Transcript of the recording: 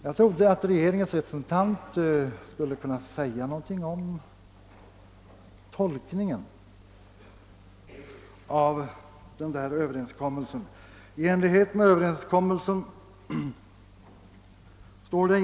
: Jag trodde att regeringens representant skulle kunna säga någonting om den saken.